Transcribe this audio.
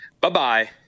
bye-bye